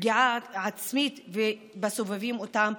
לפגיעה עצמית ובסובבים אותם,